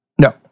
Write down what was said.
No